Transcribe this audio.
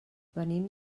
venim